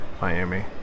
Miami